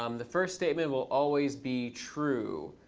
um the first statement will always be true.